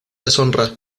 deshonra